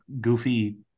goofy